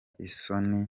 isoni